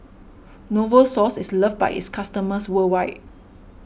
Novosource is loved by its customers worldwide